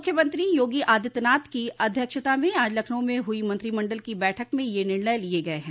मुख्यमंत्री योगी आदित्यनाथ की अध्यक्षता में आज लखनऊ में हुई मंत्रिमंडल की बैठक में ये निर्णय लिये गय हैं